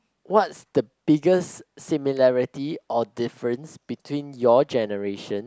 what's the biggest similarity or difference between your generation